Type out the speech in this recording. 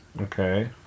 okay